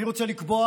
ואני רוצה לקבוע,